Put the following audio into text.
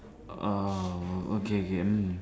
orh okay K mm